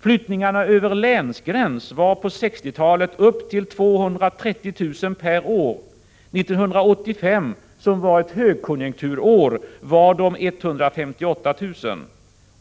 Flyttningarna över länsgräns var på 1960-talet upp till 230 000 per år, 1985 — ett högkonjunkturår — var de 158 000.